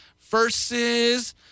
versus